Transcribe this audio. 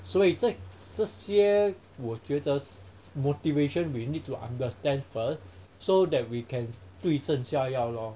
所以这这些我觉得 motivation we need to understand first so that we can 对症下药 lor